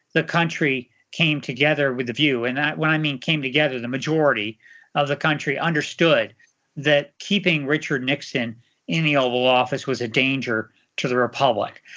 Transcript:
the country came together with the view and that what i mean came together, a majority of the country understood that keeping richard nixon in the oval office was a danger to the republic.